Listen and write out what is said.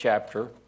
chapter